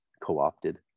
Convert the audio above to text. co-opted